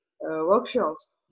workshops